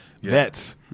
vets